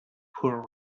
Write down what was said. poor